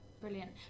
brilliant